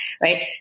right